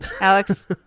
Alex